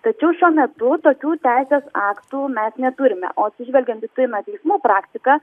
tačiau šiuo metu tokių teisės aktų mes neturime o atsižvelgiant į turimą teismų praktiką